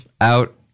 out